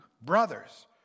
brothers